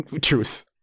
truth